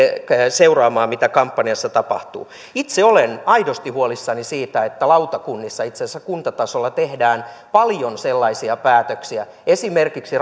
seuraamaan mitä kampanjassa tapahtuu itse olen aidosti huolissani siitä että lautakunnissa itse asiassa kuntatasolla tehdään paljon sellaisia päätöksiä esimerkiksi